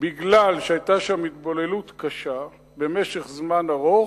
משום שהיתה שם התבוללות קשה במשך זמן ארוך,